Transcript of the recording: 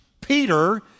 Peter